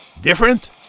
Different